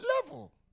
level